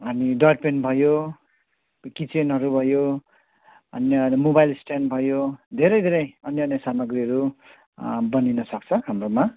अनि dirt pan भयो किचेनहरू भयो अन्य अरू मोबाइल स्ट्यान्ड भयो धेरै धेरै अन्य अन्य सामग्रीहरू बनिन सक्छ हाम्रोमा